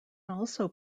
also